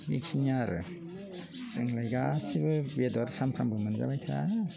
बेखिनि आरो जोंलाय गासिबो बेदर सामफ्रामबो मोनजाबाय थाया